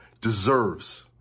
deserves